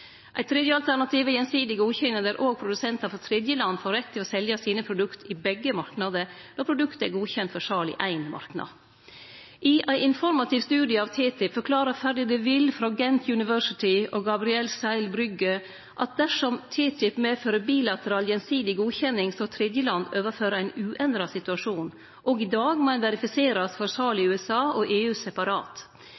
Eit tredje alternativ er gjensidig godkjenning der òg produsentar frå tredjeland får rett til å selje sine produkt i begge marknadar når produktet er godkjent for sal i éin marknad. I ein informativ studie av TTIP forklarar Ferdi De Ville frå Ghent University og Gabriel Siles-Brügge at dersom TTIP medfører bilateral gjensidig godkjenning, står tredjeland overfor ein uendra situasjon. Òg i dag må ein verifiserast for sal i